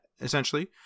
essentially